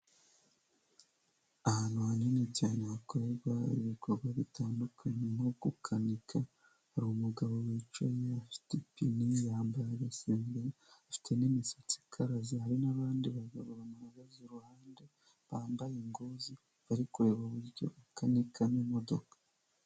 Ahantu hanini cyane hakorerwa ibikorwa bitandukanye, nko gukanika hari umugabo wicaye afite ipine yambara agasengeri, afite n'imisatsi ikaraze, hari n'abandi bagabo bamuhagaze iruhande, bambaye ingozi, bari kureba uburyo akanikamo imodoka.